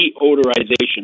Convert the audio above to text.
deodorization